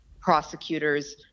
prosecutors